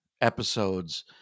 episodes